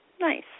Nice